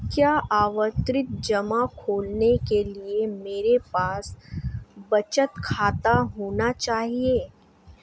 क्या आवर्ती जमा खोलने के लिए मेरे पास बचत खाता होना चाहिए?